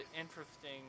interesting